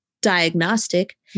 diagnostic